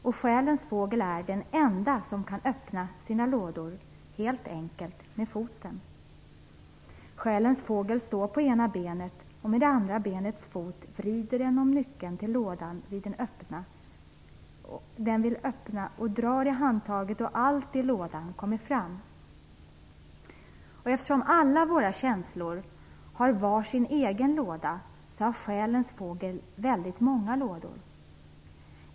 Och Själens Fågel är den enda som kan öppna sina lådor. Helt enkelt med foten. Själens Fågel står på ena benet, och med andra benets fot vrider den om nyckeln till lådan den vill öppna drar i handtaget, och allt i lådan kommer fram. Och eftersom alla våra känslor har var sin egen låda, så har Själens Fågel väldigt många lådor.